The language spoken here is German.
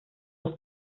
das